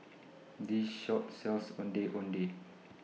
This Shop sells Ondeh Ondeh